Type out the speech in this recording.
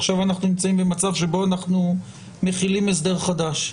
עכשיו אנחנו נמצאים במצב שבו אנחנו מחילים הסדר חדש.